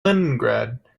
leningrad